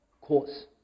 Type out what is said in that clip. cause